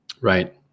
Right